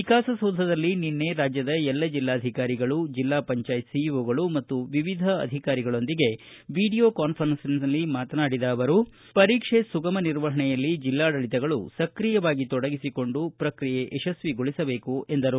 ವಿಕಾಸಸೌಧದಲ್ಲಿ ನಿನ್ನೆ ರಾಜ್ಯದ ಎಲ್ಲ ಜಿಲ್ಲಾಧಿಕಾರಿಗಳು ಜಿಪಂ ಸಿಇಒ ಮತ್ತು ವಿವಿಧ ಅಧಿಕಾರಿಗಳೊಂದಿಗೆ ವಿಡಿಯೋ ಕಾನ್ಫರೆನ್ಸ್ನಲ್ಲಿ ಮಾತನಾಡಿದ ಅವರು ಪರೀಕ್ಷೆ ಸುಗಮ ನಿರ್ವಹಣೆಯಲ್ಲಿ ಜಿಲ್ಲಾಡಳಿತಗಳು ಸಕ್ರಿಯವಾಗಿ ತೊಡಗಿಸಿಕೊಂಡು ಪ್ರಕ್ರಿಯೆ ಯಶಸ್ವಿಗೊಳಿಸಬೇಕು ಎಂದರು